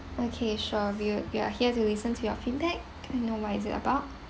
okay sure we'll we are here to listen to your feedback can I know what is it about